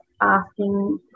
asking